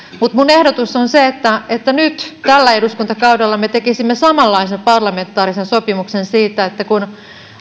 mutta ehdotukseni on se että että nyt tällä eduskuntakaudella me tekisimme samanlaisen parlamentaarisen sopimuksen siitä että kun